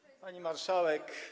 Pani Marszałek!